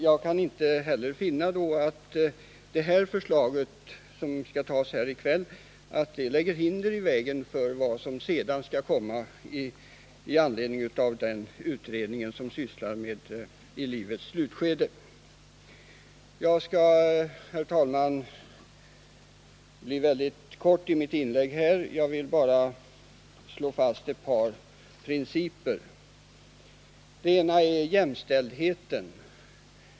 Jag kan inte finna att det förslag som vi skall fatta beslut om i kväll lägger hinder i vägen för de åtgärder som kan komma att föreslås av den utredning som sysslar med frågan om sjukvård i livets slutskede. Jag skall, herr talman, blir mycket kortfattad i mitt inlägg. Jag vill bara slå fast ett par principer. Den ena gäller jämställdheten.